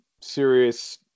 serious